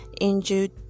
injured